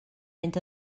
mynd